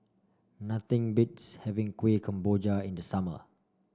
nothing beats having Kueh Kemboja in the summer